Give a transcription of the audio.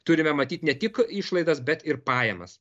turime matyt ne tik išlaidas bet ir pajamas